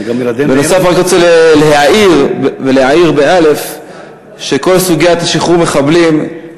נוסף על כך אני רוצה להעיר ולהאיר שכל סוגיית שחרור מחבלים,